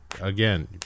again